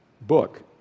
book